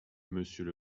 monsieur